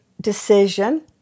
decision